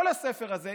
כל הספר הזה,